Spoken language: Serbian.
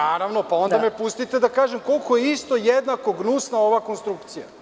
Naravno, onda me pustite da kažem koliko je isto jednako gnusna ova konstrukcija.